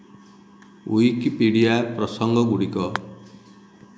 Wikipedia ପ୍ରସଙ୍ଗ ଗୁଡ଼ିକ